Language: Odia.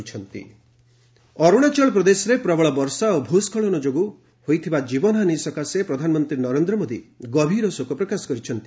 ପିଏମ୍ ଅରୁଣାଚଳପ୍ରଦେଶ ଅରୁଣାଚଳପ୍ରଦେଶରେ ପ୍ରବଳ ବର୍ଷା ଓ ଭୂସ୍କଳନ ଯୋଗୁଁ ହୋଇଥିବା ଜୀବନହାନୀ ସକାଶେ ପ୍ରଧାନମନ୍ତ୍ରୀ ନରେନ୍ଦ୍ ମୋଦୀ ଗଭୀର ଶୋକ ପ୍ରକାଶ କରିଛନ୍ତି